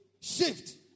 shift